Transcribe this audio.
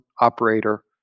operator